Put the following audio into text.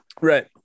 Right